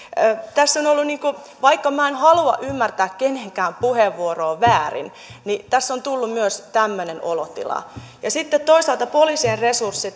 vaikka minä en halua ymmärtää kenenkään puheenvuoroa väärin niin tässä on tullut myös tämmöinen olotila sitten toisaalta mitä tulee poliisien